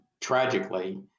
tragically